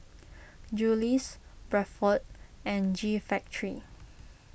Julie's Bradford and G Factory